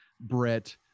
Brett